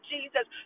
Jesus